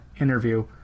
interview